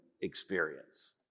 experience